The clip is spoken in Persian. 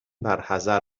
برحذر